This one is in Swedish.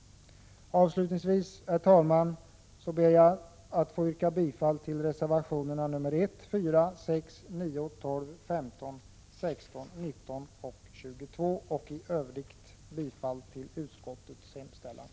Avslutningsvis, herr talman, ber jag att få yrka bifall till reservationerna 1, 4, 6,9, 12, 15, 16, 19 och 22 och i övrigt bifall till utskottets hemställan.